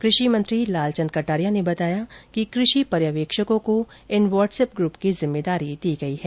कृषि मंत्री लाल चन्द कटारिया ने बताया कि कृषि पर्यवेक्षकों को इन व्हाट्सएप ग्रूप की जिम्मेदारी दी गई है